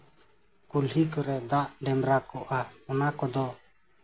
ᱠᱩᱞᱦᱤ ᱠᱚᱨᱮᱫ ᱫᱟᱜ ᱰᱮᱢᱨᱟ ᱠᱚᱜᱼᱟ ᱚᱱᱟ ᱠᱚᱫᱚ